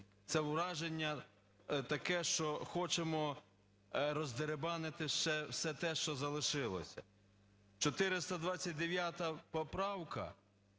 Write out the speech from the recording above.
Це враження таке, що хочемо роздерибанити все те, що залишилося. 429 поправка